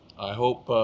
i hope